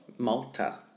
Malta